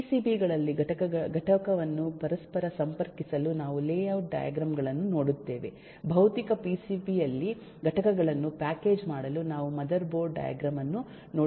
PCB ಗಳಲ್ಲಿ ಘಟಕವನ್ನು ಪರಸ್ಪರ ಸಂಪರ್ಕಿಸಲು ನಾವು ಲೇ ಔಟ್ ಡೈಗ್ರಾಮ್ ಗಳನ್ನು ನೋಡುತ್ತೇವೆ ಭೌತಿಕ ಪಿಸಿಬಿ ಯಲ್ಲಿ ಘಟಕಗಳನ್ನು ಪ್ಯಾಕೇಜ್ ಮಾಡಲು ನಾವು ಮದರ್ ಬೋರ್ಡ್ ಡೈಗ್ರಾಮ್ ಅನ್ನು ನೋಡುತ್ತೇವೆ